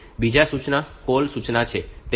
બીજી સૂચના કૉલ સૂચના છે